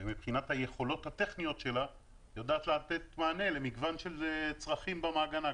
ומבחינת היכולות הטכניות שלה יודעת לתת מענה למגוון של צרכים במעגנה,